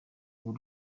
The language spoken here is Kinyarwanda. ubu